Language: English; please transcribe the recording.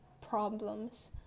problems